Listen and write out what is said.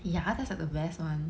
ya that's like the best one